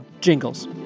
jingles